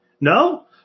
No